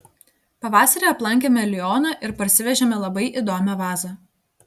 pavasarį aplankėme lioną ir parsivežėme labai įdomią vazą